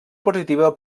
positiva